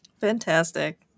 fantastic